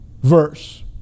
verse